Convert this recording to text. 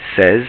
says